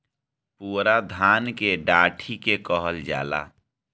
पुअरा धान के डाठी के कहल जाला